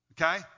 okay